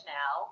now